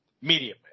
media